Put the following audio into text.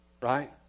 right